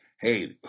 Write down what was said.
Hey